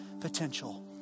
potential